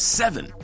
seven